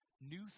new